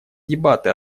дебаты